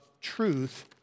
truth